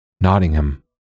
Nottingham